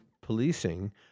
policing